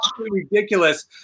ridiculous